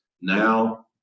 Now